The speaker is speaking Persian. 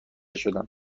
شدند